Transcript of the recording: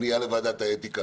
פנייה לוועדת האתיקה.